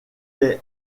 est